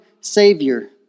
savior